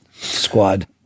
squad